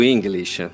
English